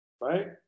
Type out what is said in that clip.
right